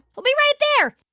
we'll be right there